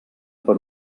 per